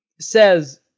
says